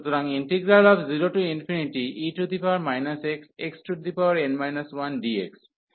সুতরাং 0e xxn 1dx